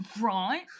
Right